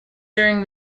during